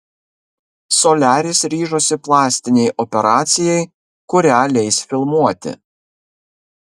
soliaris ryžosi plastinei operacijai kurią leis filmuoti